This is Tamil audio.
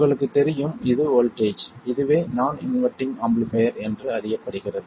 உங்களுக்கு தெரியும் இது வோல்ட்டேஜ் இதுவே நான் இன்வெர்ட்டிங் ஆம்பிளிஃபைர் என்று அறியப்படுகிறது